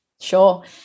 sure